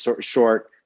short